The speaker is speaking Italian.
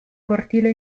cortile